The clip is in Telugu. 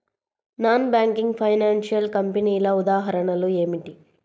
నాన్ బ్యాంకింగ్ ఫైనాన్షియల్ కంపెనీల ఉదాహరణలు ఏమిటి?